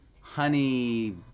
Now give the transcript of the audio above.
honey